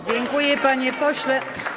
Dziękuję, panie pośle.